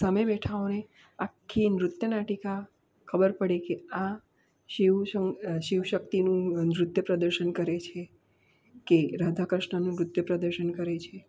સામે બેઠેલાંઓને આખી નૃત્યનાટિકા ખબર પડે કે આ શિવશક્તિનું નૃત્ય પ્રદર્શન કરે છે કે રાધાકૃષ્ણ નૃત્ય પ્રદર્શન કરે છે